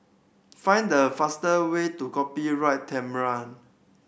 find the fastest way to Copyright